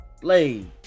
Blade